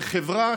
כחברה,